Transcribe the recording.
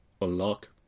unlock